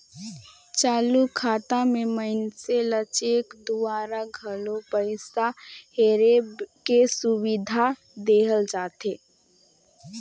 चालू खाता मे मइनसे ल चेक दूवारा घलो पइसा हेरे के सुबिधा देहल जाथे